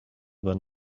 than